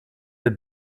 het